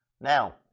Now